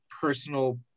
personal